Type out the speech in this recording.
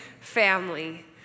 family